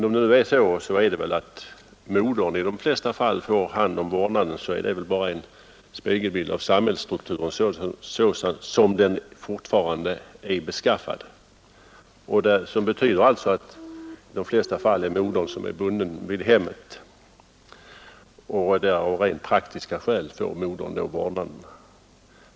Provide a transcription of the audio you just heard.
Om det emellertid i de flesta fall är så att modern får vårdnaden om barnet, så är det väl bara en spegelbild av samhällsstrukturen så som den fortfarande är beskaffad, alltså att det vanligen är modern som är bunden vid hemmet och därför av rent praktiska skäl får vårdnaden.